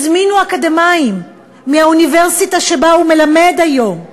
הזמינו אקדמאים מהאוניברסיטה שבה הוא מלמד היום,